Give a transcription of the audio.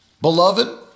Beloved